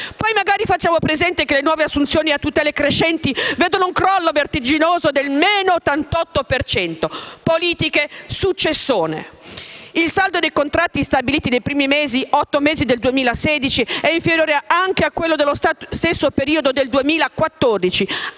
Poi magari facciamo presente che le nuove assunzioni a tutele crescenti vedono un crollo vertiginoso... del -88 per cento!!!! Un successone!!!! II saldo sui contratti stabili dei primi otto mesi del 2016 è inferiore anche a quello dello stesso periodo del 2014,